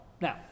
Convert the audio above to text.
Now